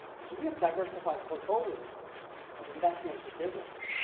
cause we have diversified portfolios of investments and businesses,